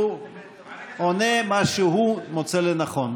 הוא עונה מה שהוא מוצא לנכון.